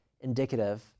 indicative